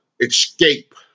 escape